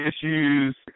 issues